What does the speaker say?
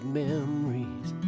memories